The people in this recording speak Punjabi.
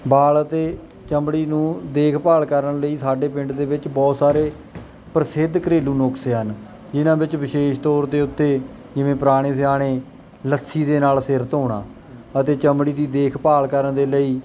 ਵਾਲ ਅਤੇ ਚਮੜੀ ਨੂੰ ਦੇਖਭਾਲ ਕਰਨ ਲਈ ਸਾਡੇ ਪਿੰਡ ਦੇ ਵਿੱਚ ਬਹੁਤ ਸਾਰੇ ਪ੍ਰਸਿੱਧ ਘਰੇਲੂ ਨੁਸਖੇ ਹਨ ਜਿਹਨਾਂ ਵਿੱਚ ਵਿਸ਼ੇਸ਼ ਤੌਰ ਦੇ ਉੱਤੇ ਜਿਵੇਂ ਪੁਰਾਣੇ ਸਿਆਣੇ ਲੱਸੀ ਦੇ ਨਾਲ ਸਿਰ ਧੋਣਾ ਅਤੇ ਚਮੜੀ ਦੀ ਦੇਖਭਾਲ ਕਰਨ ਦੇ ਲਈ